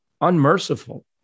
unmerciful